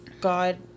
God